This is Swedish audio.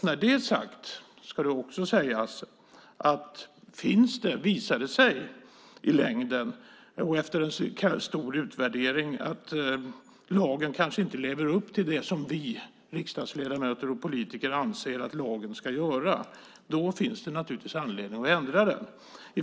När det är sagt ska det också sägas att om det i längden och efter en stor utvärdering visar sig att lagen kanske inte lever upp till det som vi riksdagsledamöter och politiker anser att lagen ska göra finns det anledning att ändra den.